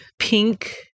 pink